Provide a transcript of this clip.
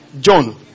John